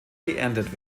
geerntet